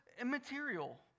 immaterial